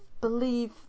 believe